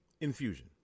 Infusion